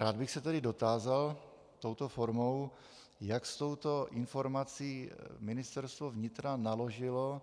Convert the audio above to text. Rád bych se tedy dotázal touto formou, jak s touto informací Ministerstvo vnitra naložilo,